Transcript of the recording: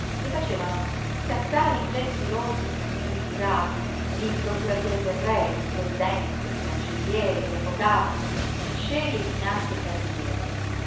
che facevano scattare in gesti irosi i signori giurati il procuratore del re il presidente il cancelliere gli avvocati gli uscieri e finanche i carabinieri